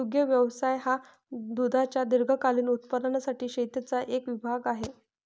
दुग्ध व्यवसाय हा दुधाच्या दीर्घकालीन उत्पादनासाठी शेतीचा एक विभाग आहे